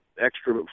extra